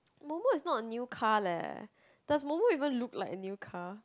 Momo is not a new car leh does Momo even look like a new car